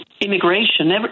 immigration